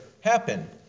happen